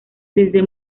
desde